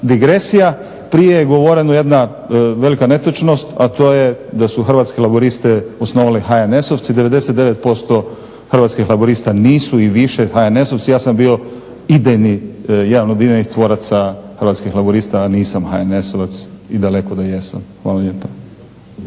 digresija, prije je govorena jedna velika netočnost, a to je da su Hrvatske laburiste osnovali HNS-ovci. 99% Hrvatskih laburista nisu i više HNS-ovci, ja sam bio jedan od idejnih tvoraca Hrvatskih laburista, a nisam HNS-ovac i daleko da jesam. Hvala lijepa.